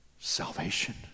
Salvation